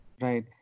Right